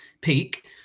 peak